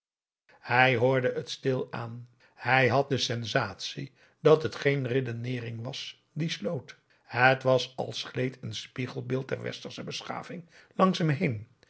hij hoorde het stil aan hij had de sensatie dat het geen redeneering was die sloot het was als gleed een spiegelbeeld der westersche beschaving langs hem